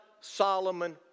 Solomon